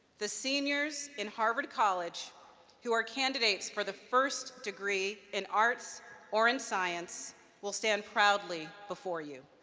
the seniors in harvard college who are candidates for the first degree in arts or in science will stand proudly before you.